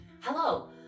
Hello